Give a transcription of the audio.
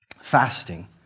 fasting